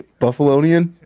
buffalonian